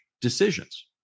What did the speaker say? decisions